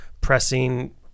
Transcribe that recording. pressing